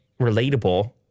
relatable